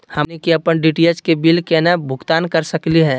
हमनी के अपन डी.टी.एच के बिल केना भुगतान कर सकली हे?